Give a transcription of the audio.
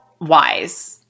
wise